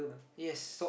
yes